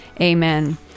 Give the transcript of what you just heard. amen